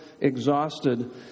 exhausted